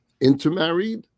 intermarried